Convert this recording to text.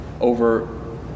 over